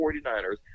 49ers